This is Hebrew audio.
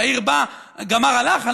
יאיר בא, גמר, הלך?